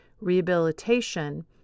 rehabilitation